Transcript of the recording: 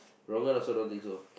Rong En also don't think so